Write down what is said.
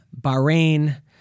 Bahrain